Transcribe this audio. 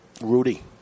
Rudy